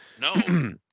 No